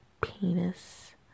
penis